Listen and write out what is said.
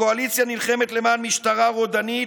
הקואליציה נלחמת למען משטרה רודנית,